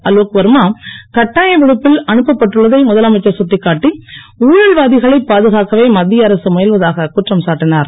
அலோக் வர்மா கட்டாய விடுப்பில் அனுப்பப் பட்டுள்ளதை முதலமைச்சர் கட்டிக்காட்டி ஊழல்வாதிகளை பா துக்கவே மத்திய அரசு முயல்வதாக குற்றம் சாட்டினார்